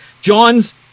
john's